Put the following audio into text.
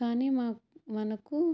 కానీ మనకు